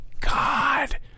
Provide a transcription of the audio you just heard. God